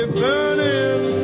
burning